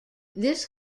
this